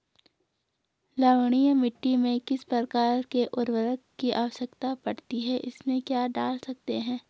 लवणीय मिट्टी में किस प्रकार के उर्वरक की आवश्यकता पड़ती है इसमें क्या डाल सकते हैं?